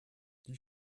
die